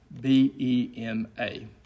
B-E-M-A